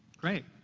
great.